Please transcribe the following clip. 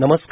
नमस्कार